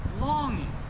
longing